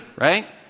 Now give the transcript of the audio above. right